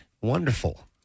Wonderful